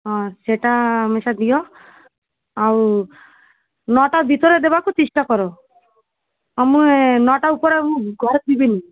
ହଁ ସେଇଟା ହାମେଶା ଦିଅ ଆଉ ନଅଟା ଭିତରେ ଦେବାକୁ ଚେଷ୍ଟା କର ଆଉ ମୁଁ ଏ ନଅଟା ଉପରେ ମୁଁ ଘରେ ଥିବିନି